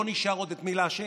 לא נשאר עוד את מי להאשים: